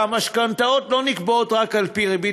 שהמשכנתאות לא נקבעות רק על-פי ריבית